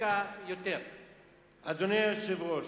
אדוני היושב-ראש,